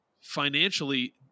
financially